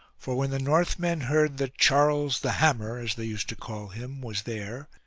for when the northmen heard that charles, the hammer, as they used to call him, was there,